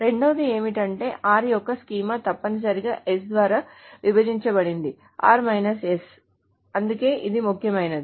రెండవది ఏమిటంటే r యొక్క స్కీమా తప్పనిసరిగా s ద్వారా విభజించ బడింది అందుకే ఇది ముఖ్యమైనది